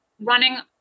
running